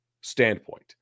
standpoint